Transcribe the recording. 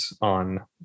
on